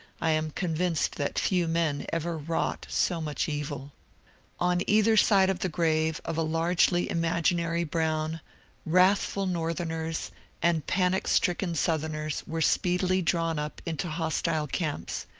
i am convinced that few men ever wrought so much evil on either side of the grave of a largely imaginary brown wrathful northerners and panic-stricken southerners were speedily drawn up into hostile camps,